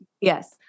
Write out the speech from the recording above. Yes